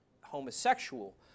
homosexual